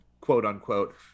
quote-unquote